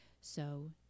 So